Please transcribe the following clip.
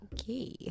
Okay